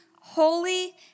holy